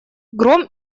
гром